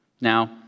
Now